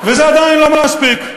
וזה עדיין לא מספיק.